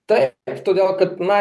taip ir todėl kad na